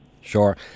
Sure